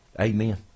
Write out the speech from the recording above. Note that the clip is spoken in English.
Amen